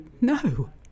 no